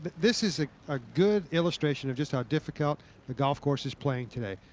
this is a good illustration of just how difficult the golf course is playing today.